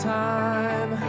time